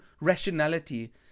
rationality